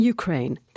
Ukraine